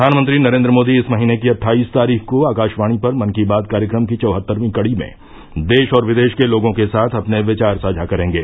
प्रधानमंत्री नरेंद्र मोदी इस महीने की अट्ठाईस तारीख को आकाशवाणी पर मन की बात कार्यक्रम की चौहत्तरवीं कडी में देश और विदेश के लोगों के साथ अपने विचार साझा करेंगे